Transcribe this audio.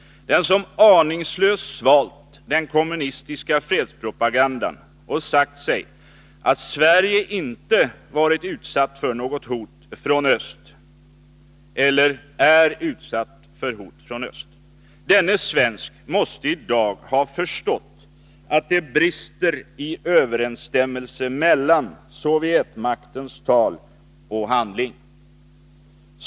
Den som aningslöst svalt den kommunistiska fredspropagandan och sagt sig att Sverige inte varit eller är utsatt för något hot från öst, även denne svensk måste i dag ha förstått att det brister i överensstämmelse mellan Sovjetmaktens tal och handling.